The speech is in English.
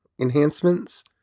enhancements